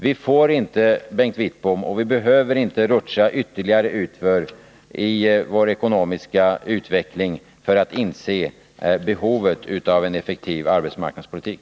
Vi får inte, Bengt Wittbom, och vi behöver inte rutscha utför ytterligare i vår ekonomiska utveckling för att inse behovet av en effektiv arbetsmarknadspolitik.